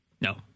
No